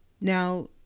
Now